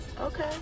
Okay